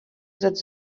that